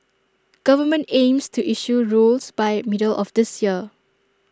government aims to issue rules by middle of this year